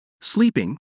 sleeping